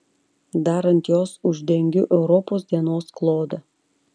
dar ant jos uždengiu europos dienos klodą